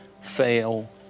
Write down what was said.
fail